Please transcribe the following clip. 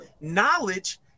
Knowledge